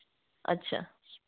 अच्छा